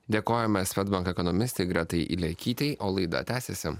dėkojame swedbank ekonomistei gretai ilekytei o laida tęsiasi